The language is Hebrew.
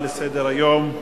לסדר-היום מס'